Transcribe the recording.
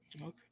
Okay